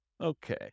Okay